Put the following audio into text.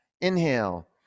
Inhale